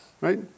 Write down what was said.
right